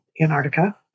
Antarctica